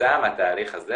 כתוצאה מהתהליך הזה,